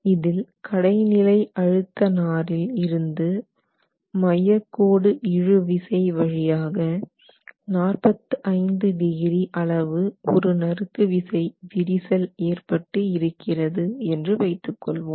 இதில் கடைநிலை அழுத்த நாரில் இருந்து மையக்கோடு இழு விசை வழியாக 45 டிகிரி அளவு ஒரு நறுக்கு விசை விரிசல் ஏற்பட்டு இருக்கிறது என்று வைத்துக்கொள்வோம்